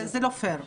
זה לא פייר.